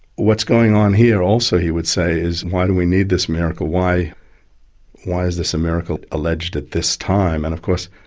what's going on here also he would say is why do we need this miracle? why why is this a miracle alleged at this time? and of course,